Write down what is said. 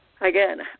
Again